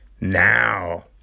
now